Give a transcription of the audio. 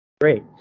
Great